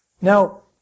Now